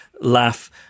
laugh